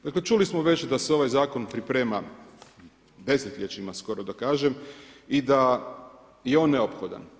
Dakle, čuli smo već da se ovaj zakon priprema desetljećima, skoro, da kaže, i da je on neophodan.